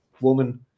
woman